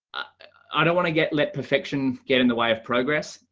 i don't want to get let perfection get in the way of progress.